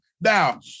Now